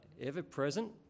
ever-present